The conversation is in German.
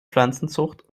pflanzenzucht